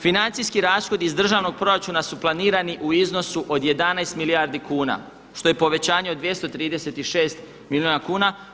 Financijski rashodi iz državnog proračuna su planirani u iznosu od 11 milijardi kuna, što je povećanje od 236 milijuna kuna.